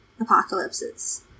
apocalypses